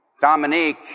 Dominique